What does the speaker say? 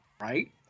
Right